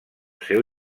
seu